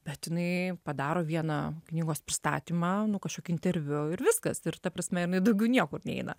bet jinai padaro vieną knygos pristatymą nu kažkokį interviu ir viskas ir ta prasme jinai daugiau niekur neina